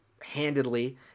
handedly